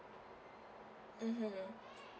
mmhmm